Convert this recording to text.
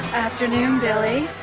afternoon, billy.